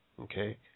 Okay